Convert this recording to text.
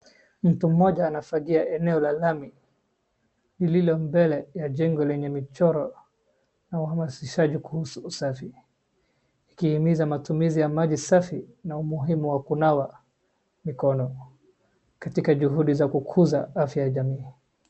Mtoto mmoja anafagia eneo la lami lililo mbele ya jengo lenye michoro na uhamashishaji kuhusu usafi. Ikihimiza matumizi ya maji safi na umuhimu wa kunawa mikono katika juhudi za kukuza afya ya jamii.